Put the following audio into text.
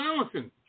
allison